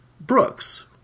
Brooks